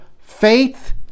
Faith